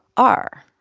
are?